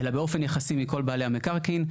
אלא באופן יחסי מכל בעלי המקרקעין.